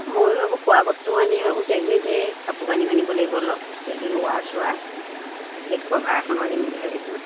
ময়ো এইবোৰ খোৱা বস্তু আনিম এইবোৰ কিবা কিবি ধেৰ কাপোৰ কানিও আনিব লাগিব অলপ কিবা কিবি উৱাৰ চোৱাৰ বেড ক'ভাৰ এখনো আনিম বুলি ভাবিছোঁ